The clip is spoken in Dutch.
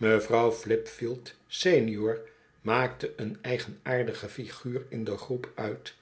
mevrouw flipfield senior maakte een eigenaardige figuur in de groep uit